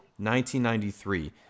1993